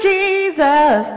Jesus